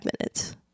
minutes